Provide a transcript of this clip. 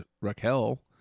Raquel